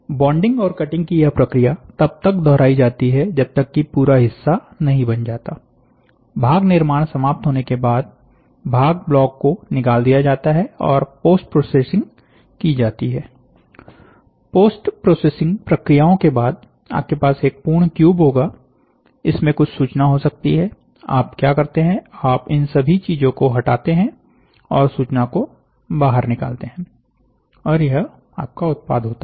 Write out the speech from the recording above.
bonding और cutting की यह प्रक्रिया तब तक दोहराई जाती है जब तक कि पूरा हिस्सा नहीं बन जाता भाग निर्माण समाप्त होने के बाद भाग ब्लॉक को निकाल दिया जाता है और पोस्ट प्रोसेसिंग की जाती है पोस्ट प्रोसेसिंग प्रक्रियाओं के बाद आपके पास एक पूर्ण क्यूब होगा इसमें कुछ सूचना हो सकती है आप क्या करते हैं आप इन सभी चीजों को हटाते हैं और सूचना को बाहर निकालते हैं और यह आपका उत्पाद होता है